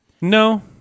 No